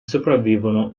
sopravvivono